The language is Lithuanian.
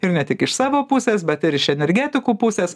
ir ne tik iš savo pusės bet ir iš energetikų pusės